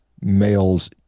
males